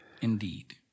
Indeed